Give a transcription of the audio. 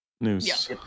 news